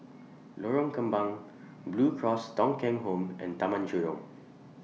Lorong Kembang Blue Cross Thong Kheng Home and Taman Jurong